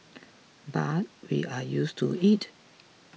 but we are used to it